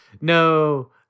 No